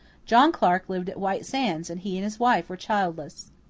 john clarke lived at white sands and he and his wife were childless.